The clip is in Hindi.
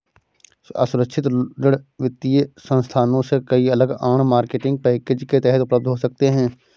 असुरक्षित ऋण वित्तीय संस्थानों से कई अलग आड़, मार्केटिंग पैकेज के तहत उपलब्ध हो सकते हैं